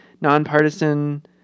nonpartisan